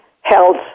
health